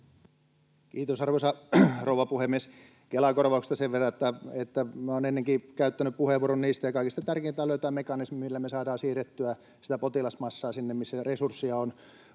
Kiitos, arvoisa rouva puhemies! Kela-korvauksista sen verran, että minä olen ennenkin käyttänyt puheenvuoron niistä ja kaikista tärkeintä on löytää mekanismi, millä me saadaan siirrettyä sitä potilasmassaa sinne, missä resursseja on,